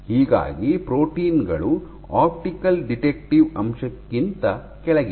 ಹೀಗಾಗಿ ಪ್ರೋಟೀನ್ ಗಳು optical detective ಅಂಶಕ್ಕಿಂತ ಕೆಳಗಿವೆ